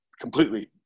completely